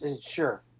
sure